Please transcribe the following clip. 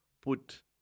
put